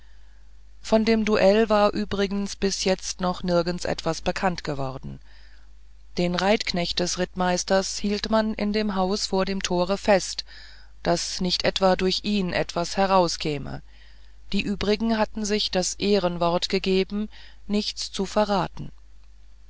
von dem duell war übrigens bis jetzt noch nirgends etwas bekannt geworden den reitknecht des rittmeisters hielt man in dem haus vor dem tore fest daß nicht etwa durch ihn etwas auskäme die übrigen hatten sich das ehrenwort gegeben nichts zu verraten